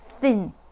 thin